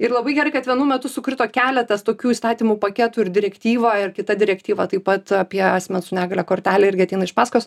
ir labai gerai kad vienu metu sukrito keletas tokių įstatymų paketų ir direktyva ir kita direktyva taip pat apie asmens su negalia kortelę irgi ateina iš pasakos